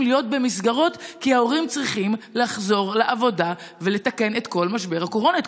להיות במסגרות כי ההורים צריכים לחזור לעבודה ולתקן את כל משבר הקורונה,